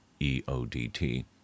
EODT